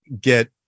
get